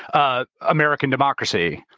ah american democracy,